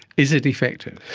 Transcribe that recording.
is it effective?